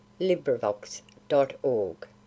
LibriVox.org